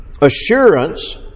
assurance